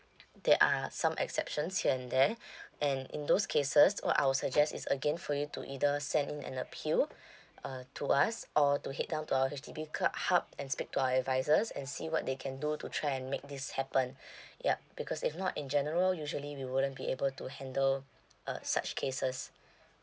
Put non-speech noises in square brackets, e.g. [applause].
there are some exceptions here and there [breath] and in those cases what I'll suggest is again for you to either send in an appeal [breath] uh to us or to head down to our H_D_B club hub and speak to our advisors and see what they can do to try and make this happen [breath] yup because if not in general usually we wouldn't be able to handle uh such cases